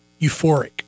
euphoric